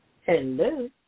Hello